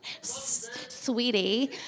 sweetie